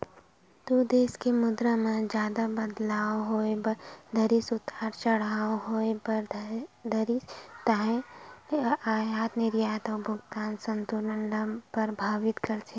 दू देस के मुद्रा म जादा बदलाव होय बर धरिस उतार चड़हाव होय बर धरिस ताहले अयात निरयात अउ भुगतान संतुलन ल परभाबित करथे